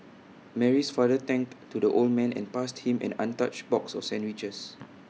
Mary's father thanked to the old man and passed him an untouched box of sandwiches